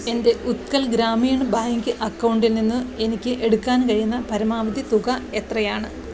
എൻ്റെ ഉത്കൽ ഗ്രാമീണ് ബാങ്ക് അക്കൗണ്ടിൽ നിന്ന് എനിക്ക് എടുക്കാൻ കഴിയുന്ന പരമാവധി തുക എത്രയാണ്